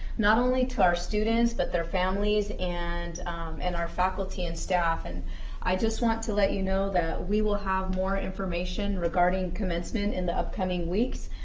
not only to our students but their families and and our faculty and staff, and i just want to let you know that we will have more information regarding commencement in the upcoming weeks,